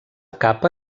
capa